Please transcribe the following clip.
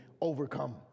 overcome